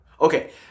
Okay